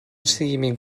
seguiment